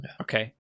Okay